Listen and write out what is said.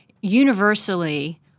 universally